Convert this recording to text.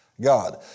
God